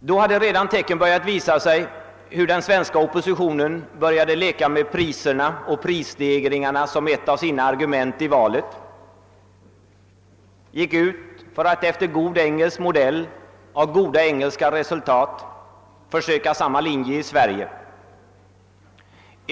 Då hade tecken redan börjat visa sig, att den svenska oppositionen börjat leka med priserna och prisstegringarna som ett av sina argument i valet. Oppositionen gick ut för att efter god engelsk modell och goda engelska resultat försöka med samma taktik i Sverige.